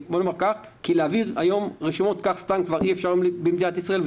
כי להעביר היום רשימות סתם כך כבר אי אפשר במדינת ישראל,